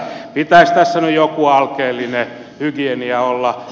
pitäisi tässä nyt joku alkeellinen hygienia olla